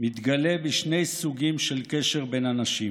מתגלה בשני סוגים של קשר בין אנשים: